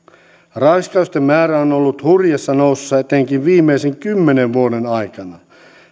raiskausten määrä on on ollut hurjassa nousussa etenkin viimeisen kymmenen vuoden aikana